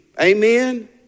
Amen